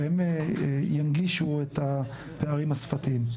שהם ינגישו את הפערים השפתיים.